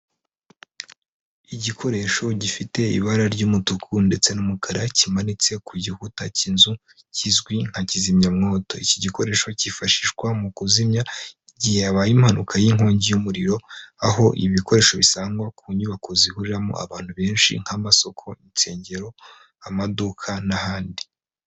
Igikoresho gifite ibara ry'umutuku ndetse n'umukara kimanitse ku gikuta cy'inzu, kizwi nka kizimyamwoto, iki gikoresho cyifashishwa mu kuzimya igihe habaye impanuka y'inkongi y'umuriro, aho ibi bikoresho bisangwa ku nyubako zihuriramo abantu benshi nk'amasoko, insengero, amaduka n'ahandi.